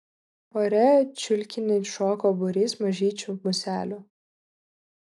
ore čiulkinį šoko būrys mažyčių muselių